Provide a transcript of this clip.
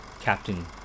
Captain